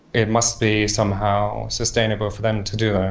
it must be somehow sustainable for them to do it.